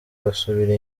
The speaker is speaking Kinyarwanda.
basubira